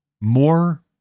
more